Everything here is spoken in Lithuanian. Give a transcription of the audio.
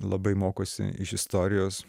labai mokosi iš istorijos